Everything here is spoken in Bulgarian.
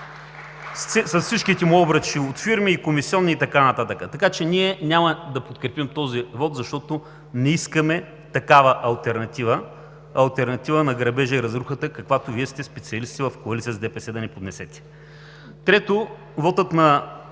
С всичките му обръчи от фирми и комисионни, и т.н. Така че ние няма да подкрепим този вот, защото не искаме такава алтернатива – алтернатива на грабежа и разрухата, каквато Вие сте специалисти, в коалиция с ДПС, да ни поднесете. Трето, опит на